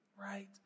right